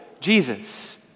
Jesus